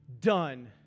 done